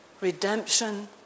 redemption